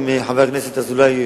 עם חבר הכנסת אזולאי,